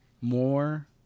more